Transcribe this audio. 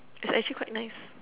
it's actually quite nice